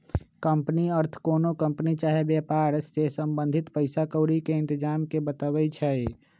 company अर्थ कोनो company चाही वेपार से संबंधित पइसा क्औरी के इतजाम के बतबै छइ